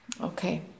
Okay